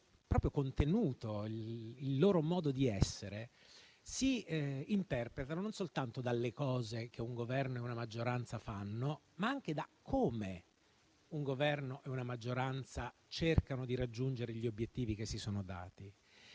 loro contenuto e modo di essere, si interpretano non soltanto dalle cose che un Governo e una maggioranza fanno, ma anche da come essi cercano di raggiungere gli obiettivi che si sono dati.